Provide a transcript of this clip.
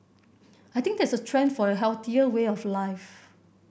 I think there's a trend for a healthier way of life